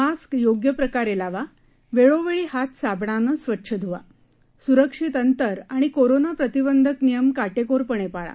mask योग्य प्रकारे लावा वेळोवेळी हात साबणाने स्वच्छ ध्रुवा सुरक्षित अंतर आणि कोरोना प्रतिबंधक नियम काटेकोरपणे पाळा